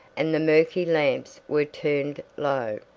and the murky lamps were turned low.